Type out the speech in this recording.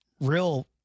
real